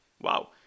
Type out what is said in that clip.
wow